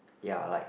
ya like